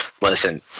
Listen